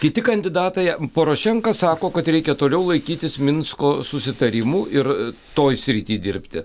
kiti kandidatai porošenka sako kad reikia toliau laikytis minsko susitarimų ir toj srity dirbti